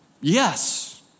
Yes